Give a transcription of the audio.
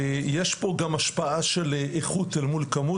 ויש פה גם השפעה של איכות אל מול כמות,